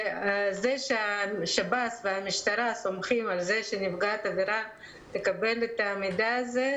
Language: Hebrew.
זה שהשב"ס והמשטרה סומכים על זה שנפגעת עבירה תקבל את המידע הזה,